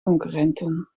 concurrenten